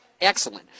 excellent